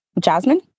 Jasmine